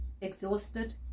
exhausted